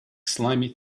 slimy